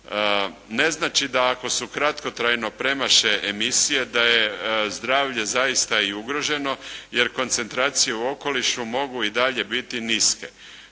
Ne znači da, ako se kratkotrajno premaše emisije da je zdravlje zaista i ugroženo, jer koncentracije u okolišu mogu i dalje biti niske.